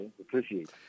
Appreciate